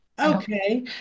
Okay